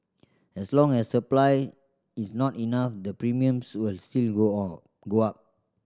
as long as supply is not enough the premiums will still go on go up